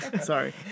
sorry